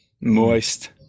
moist